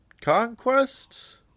Conquest